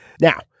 Now